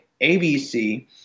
ABC